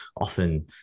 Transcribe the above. often